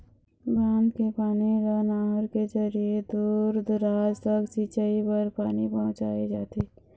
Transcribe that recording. बांध के पानी ल नहर के जरिए दूर दूराज तक सिंचई बर पानी पहुंचाए जाथे